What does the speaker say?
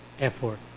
effort